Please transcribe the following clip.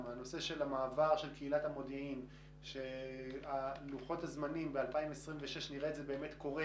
רוצים שלוחות הזמנים של המעבר יהיו שב-2026 נראה את זה קורה,